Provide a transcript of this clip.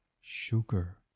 sugar